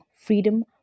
Freedom